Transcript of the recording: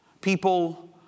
people